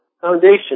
foundation